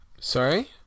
Sorry